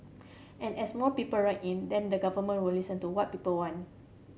and as more people write in then the Government will listen to what people want